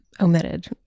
omitted